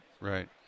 Right